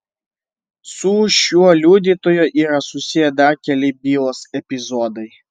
su šiuo liudytoju yra susiję dar keli bylos epizodai